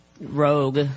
rogue